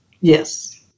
Yes